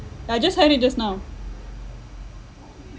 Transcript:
ya I just had it just now